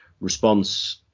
response